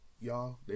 Y'all